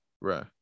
Right